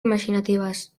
imaginatives